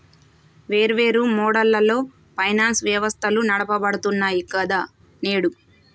వేర్వేరు మోడళ్లలో ఫైనాన్స్ వ్యవస్థలు నడపబడుతున్నాయి గదా నేడు